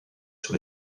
sur